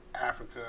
Africa